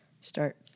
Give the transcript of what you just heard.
start